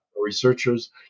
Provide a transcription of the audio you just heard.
researchers